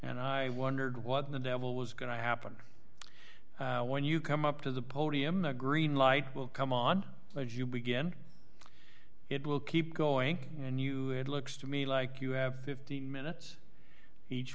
and i wondered what the devil was going to happen when you come up to the podium the green light will come on as you begin it will keep going and you it looks to me like you have fifteen minutes each